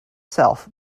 self